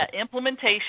implementation